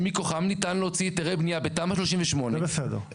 שמכוחן ניתן להוציא היתרי בנייה בתמ"א 38. זה בסדר.